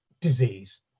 disease